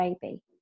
baby